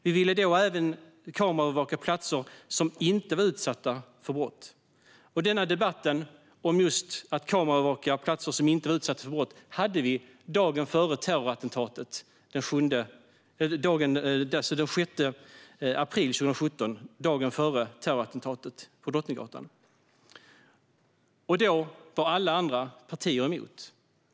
Vi ville även kameraövervaka platser som inte var utsatta för brott. Debatten om detta ägde rum den 6 april 2017, dagen före terrorattentatet på Drottninggatan, och då var alla andra partier emot.